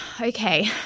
okay